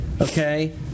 okay